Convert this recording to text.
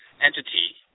entity